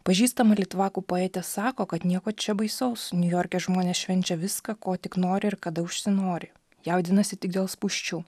pažįstama litvakų poetė sako kad nieko čia baisaus niujorke žmonės švenčia viską ko tik nori ir kada užsinori jaudinasi tik dėl spūsčių